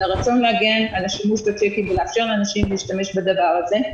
הרצון להגן על השימוש בצ'קים ולאפשר לאנשים להשתמש בדבר הזה.